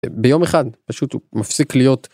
ביום אחד פשוט הוא מפסיק להיות